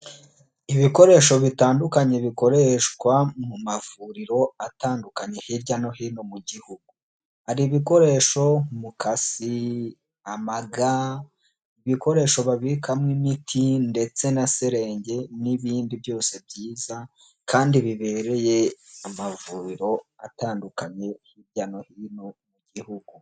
Ibikoresho bitandukanye bikoreshwa mu mavuriro atandukanye hirya no hino mu gihugu, hari ibikoresho ukukasi, amaga, ibikoresho babikamo imiti ndetse na serengi n'ibindi byose byiza kandi bibereye amavuriro atandukanye hirya no hino mu gihugu.